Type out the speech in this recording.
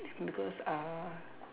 because uh